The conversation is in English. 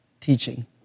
teaching